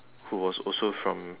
who was also from